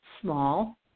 small